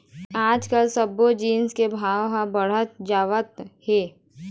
आजकाल सब्बो जिनिस के भाव ह बाढ़त जावत हे